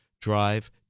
drive